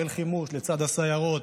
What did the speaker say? חיל חימוש לצד הסיירות,